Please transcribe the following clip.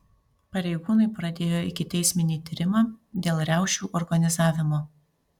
pareigūnai pradėjo ikiteisminį tyrimą dėl riaušių organizavimo